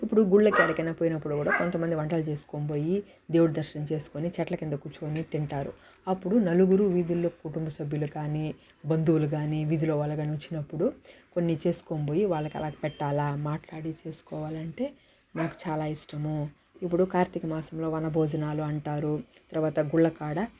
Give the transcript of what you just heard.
ఇప్పుడు గుళ్ళకి ఎక్కడికైనా పోయినప్పుడు కూడా కొంతమంది వంటలు చేసుకొని పోయి దేవుడు దర్శనం చేసుకుని చెట్ల కింద కూర్చొని తింటారు అప్పుడు నలుగురు వీధుల్లో కుటుంబ సభ్యులు కానీ బంధువులు కానీ వీధిలో వాళ్ళు కానీ వచ్చినప్పుడు కొన్ని చేసుకొని పోయి వాళ్ళకి అలా అలాగ పెట్టాలా మాట్లాడి చేసుకోవాలంటే నాకు చాలా ఇష్టము ఇప్పుడు కార్తీక మాసంలో వనభోజనాలు అంటారు తర్వాత గుళ్ళ కాడ